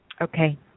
Okay